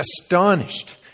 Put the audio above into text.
astonished